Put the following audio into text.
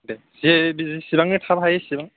दे जेसेबांनो थाब हायो इसेबां